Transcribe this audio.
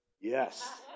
Yes